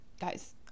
Guys